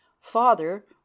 father